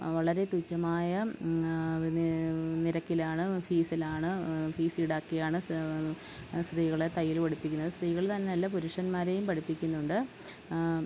വളരെ തുച്ഛമായ പിന്നെ നിരക്കിലാണ് ഫീസിലാണ് ഫീസ് ഈടാക്കിയാണ് സി സ്ത്രീകളെ തയ്യൽ പഠിപ്പിക്കുന്നത് സ്ത്രീകൾ തന്നെ അല്ല പുരുഷന്മാരേയും പഠിപ്പിക്കുന്നുണ്ട്